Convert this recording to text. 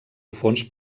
fons